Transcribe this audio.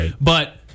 but-